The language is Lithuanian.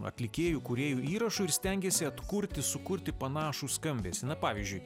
atlikėjų kūrėjų įrašų ir stengiesi atkurti sukurti panašų skambesį na pavyzdžiui